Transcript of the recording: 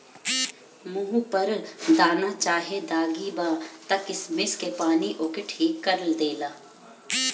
मुहे पर दाना चाहे दागी बा त किशमिश के पानी ओके ठीक कर देला